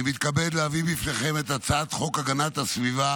אני מתכבד להביא בפניכם את הצעת חוק הגנת הסביבה